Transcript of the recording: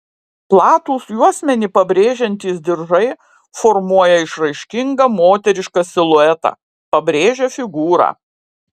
platūs juosmenį pabrėžiantys diržai formuoja išraiškingą moterišką siluetą pabrėžia figūrą